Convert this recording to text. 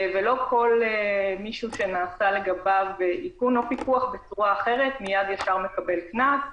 לא כל מי שנעשה לגביו איכון או פיקוח בצורה אחרת מיד מקבל קנס,